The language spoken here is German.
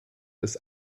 des